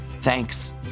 thanks